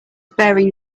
bearing